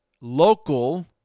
local